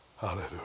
Hallelujah